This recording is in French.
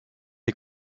est